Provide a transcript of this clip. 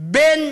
בין